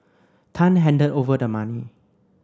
Tan handed over the money